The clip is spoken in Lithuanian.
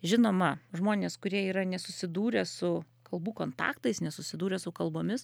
žinoma žmonės kurie yra nesusidūrę su kalbų kontaktais nesusidūrę su kalbomis